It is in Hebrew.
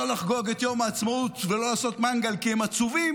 לחגוג את יום העצמאות ולא לעשות מנגל כי הם עצובים,